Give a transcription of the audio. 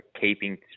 keeping